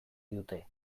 dute